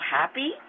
happy